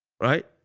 Right